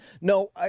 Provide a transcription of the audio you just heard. no